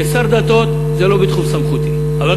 כשר דתות, זה לא בתחום סמכותי, למה?